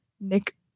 Nick